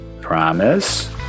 Promise